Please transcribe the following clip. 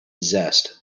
zest